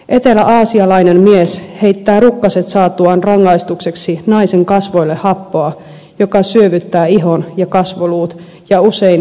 eteläaasialainen mies heittää rukkaset saatuaan rangaistukseksi naisen kasvoille happoa joka syövyttää ihon ja kasvoluut ja usein vie myös näön